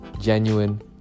genuine